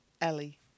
Ellie